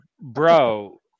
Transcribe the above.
Bro